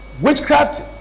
Witchcraft